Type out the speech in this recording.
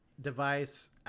device